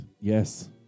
Yes